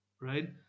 Right